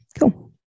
cool